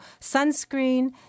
sunscreen